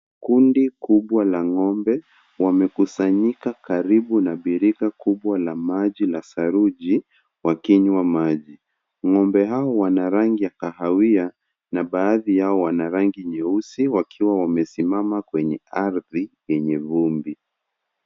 Kundi kubwa la ng'ombe wamekusanyika karibu na birika kubwa la maji la saruji wakinywa maji. Ng'ombe hao wana rangi ya kahawia na baadhi yao wana rangi nyeusi wakiwa wamesimama kwenye ardhi yenye vumbi.